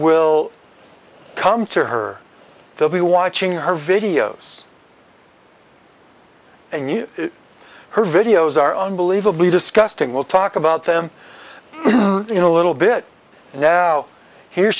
will come to her they'll be watching her videos and you know her videos are unbelievably disgusting we'll talk about them in a little bit now here